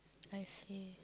I see